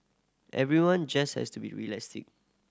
everyone just has to be realistic